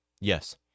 Yes